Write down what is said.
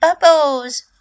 bubbles